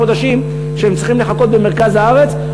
חודשים שהם צריכים לחכות במרכז הארץ.